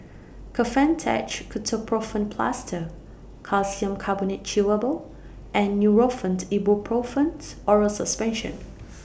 Kefentech Ketoprofen Plaster Calcium Carbonate Chewable and Nurofen Ibuprofen Oral Suspension